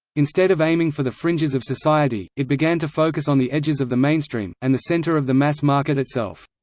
instead of aiming for the fringes of society, it began to focus on the edges of the mainstream, and the centre of the mass market itself.